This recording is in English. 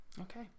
Okay